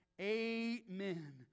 Amen